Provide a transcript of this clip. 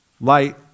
Light